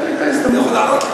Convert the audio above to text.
תן לי את ההזדמנות.